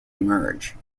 emerge